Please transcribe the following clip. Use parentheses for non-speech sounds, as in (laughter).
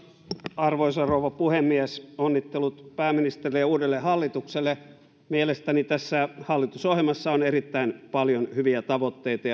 arvoisa rouva puhemies onnittelut pääministerille ja uudelle hallitukselle mielestäni tässä hallitusohjelmassa on erittäin paljon hyviä tavoitteita (unintelligible)